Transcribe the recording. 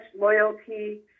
loyalty